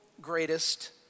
greatest